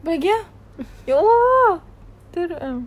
apa lagi ah ya allah teruk ah